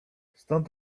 stąd